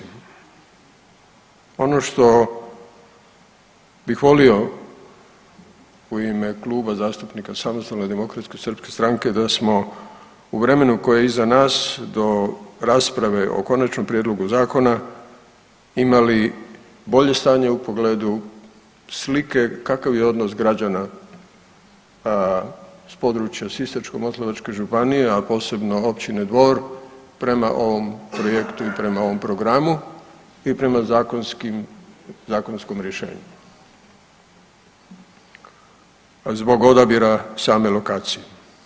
Ono što bih volio u ime Kluba zastupnika Samostalne demokratske srpske stranke da smo u vremenu koje je iza nas do rasprave o konačnom prijedlogu zakona imali bolje stanje u pogledu slike kakav je odnos građana sa područja Sisačko-moslavačke županije, a posebno općine Dvor prema ovom projektu i prema ovom programu i prema zakonskom rješenju a zbog odabira same lokacije.